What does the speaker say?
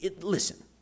listen